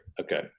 Okay